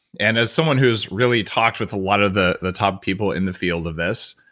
and as someone who's really talked with a lot of the the top people in the field of this,